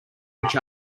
each